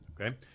Okay